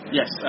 yes